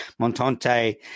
Montante